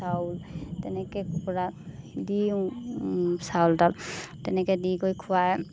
চাউল তেনেকৈ কুকুৰা দিওঁ চাউল টাউল তেনেকৈ দি কৰি খুৱাই